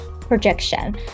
projection